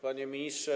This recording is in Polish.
Panie Ministrze!